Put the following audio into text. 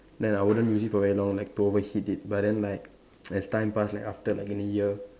then I wouldn't use it for very long like to overheat it but then like as time pass like after like in a year